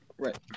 Right